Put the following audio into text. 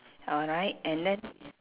alright and then